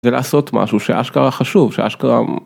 ‫זה לעשות משהו שאשכרה חשוב, ‫שאשכרה...